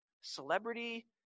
Celebrity